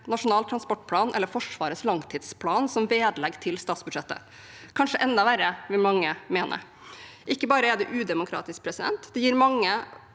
Nasjonal transportplan eller Forsvarets langtidsplan som vedlegg til statsbudsjettet – kanskje enda verre, vil mange mene. Ikke bare er det udemokratisk, det gir mye